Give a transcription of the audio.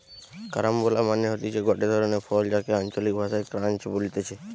carambola মানে হতিছে গটে ধরণের ফল যাকে আঞ্চলিক ভাষায় ক্রাঞ্চ বলতিছে